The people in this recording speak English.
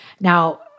Now